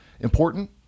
important